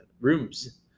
rooms